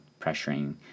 pressuring